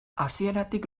hasieratik